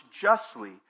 justly